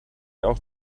auch